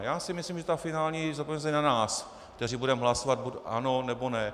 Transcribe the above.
Já si myslím, že ta finální verze je na nás, kteří budeme hlasovat buď ano, nebo ne.